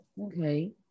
Okay